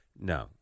No